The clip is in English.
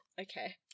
Okay